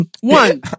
One